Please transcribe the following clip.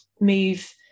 move